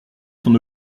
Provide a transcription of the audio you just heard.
son